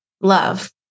love